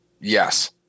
Yes